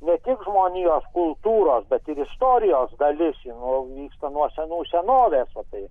ne tik žmonijos kultūros bet ir istorijos dalis ji vyksta nuo senų senovės o tai